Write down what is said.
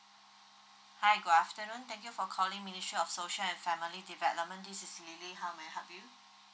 hi good afternoon thank you for calling ministry of social and family development this is lily how may I help you